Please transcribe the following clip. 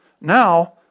Now